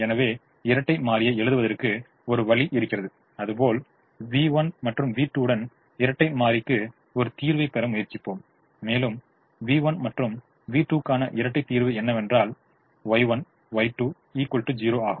எனவே இரட்டை மாறியை எழுதுவதற்கு ஒரு வழி இருக்கிறது அதுபோல் v1 மற்றும் v2 உடன் இரட்டை மாறிக்கு ஒரு தீர்வை பெற முயற்சிப்போம் மேலும் v1 மற்றும் v2 க்கான இரட்டைத் தீர்வு என்னவென்றால் Y1 Y2 0 ஆகும்